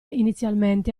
inizialmente